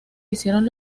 hicieron